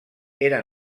era